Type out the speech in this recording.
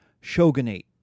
shogunate